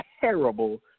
terrible